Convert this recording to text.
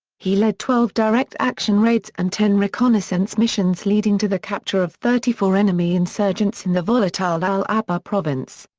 he led twelve direct action raids and ten reconnaissance missions leading to the capture of thirty four enemy insurgents in the volatile al anbar province.